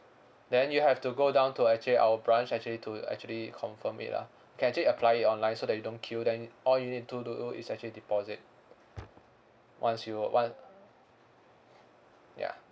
then you have to go down to actually our branch actually to actually confirm it lah you can actually apply it online so that you don't queue then all you need to do is actually deposit once you uh want ya